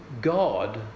God